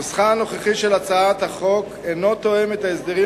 נוסחה הנוכחי של הצעת החוק אינו תואם את ההסדרים